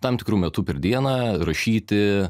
tam tikru metu per dieną rašyti